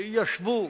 וישבו,